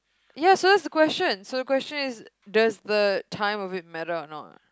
ya so is the question so the question is does the time of it matter or not